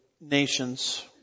nations